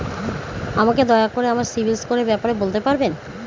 আমাকে দয়া করে আমার সিবিল স্কোরের ব্যাপারে বলতে পারবেন?